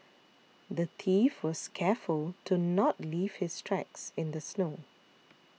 the thief was careful to not leave his tracks in the snow